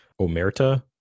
Omerta